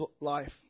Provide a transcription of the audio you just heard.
life